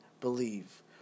believe